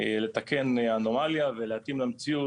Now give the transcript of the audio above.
לתקן אנומליה ולהתאים למציאות.